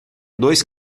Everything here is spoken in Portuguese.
dois